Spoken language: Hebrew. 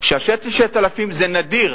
שה-6,000 זה נדיר,